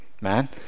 man